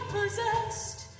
possessed